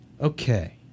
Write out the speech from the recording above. Okay